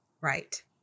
right